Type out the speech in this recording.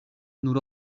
nur